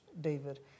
David